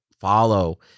follow